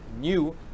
new